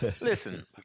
Listen